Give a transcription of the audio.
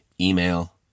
email